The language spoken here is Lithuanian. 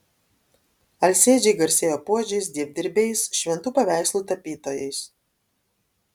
alsėdžiai garsėjo puodžiais dievdirbiais šventų paveikslų tapytojais